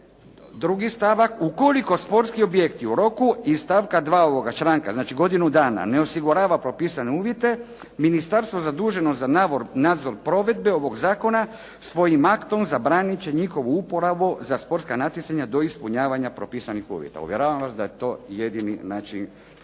drugi stavak: "Ukoliko sportski objekti u roku iz stavka 2. ovoga članka, znači godinu dana ne osigurava propisane uvjete, ministarstvo zaduženo za nadzor provedbe ovoga zakona svojim aktom zabraniti će njihovu uporabu za sportska natjecanja do ispunjavanja propisanih uvjeta.". Uvjeravam vas da je to jedini način da